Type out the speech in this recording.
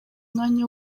umwanya